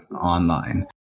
online